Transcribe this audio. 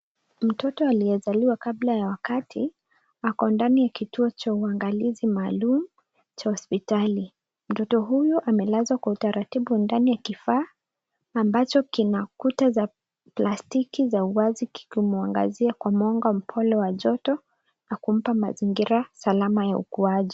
Mtoto aliyezaliwa kabla ya wakati ako ndani ya kituo cha uandalizi maalum cha hospitali. Mtoto huyo amelazwa kwa utaratibu wa ndani ya kifaa ambacho kina kuta za plastiki kwa uwazi kikimwangazia kwa mwanga mpole wa joto na kumpa mazingira salama ya ukuaji.